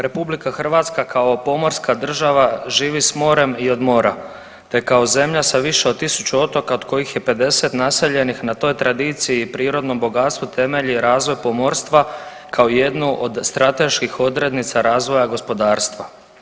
Republika Hrvatska kao pomorska država živi s morem i od mora, te kao zemlja sa više od 1000 otoka od kojih je 50 naseljenih na toj tradiciji, prirodnom bogatstvu temelji razvoj pomorstva kao jednu od strateških odrednica razvoja gospodarstva.